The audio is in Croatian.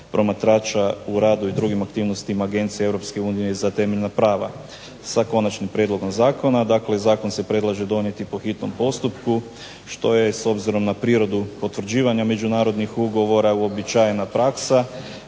promatrača u radu i drugim aktivnostima agencije Europske unije za temeljna prava, sa konačnim prijedlogom zakona. Dakle zakon se predlaže donijeti po hitnom postupku, što je s obzirom na prirodu potvrđivanja međunarodnih ugovora uobičajena praksa,